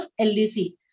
LDC